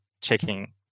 checking